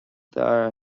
dara